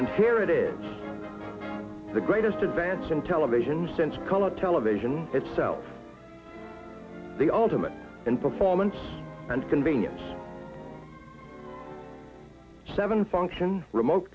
here it is the greatest advance in television since color television itself the ultimate in performance and convenience seven function remote